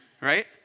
right